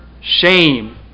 shame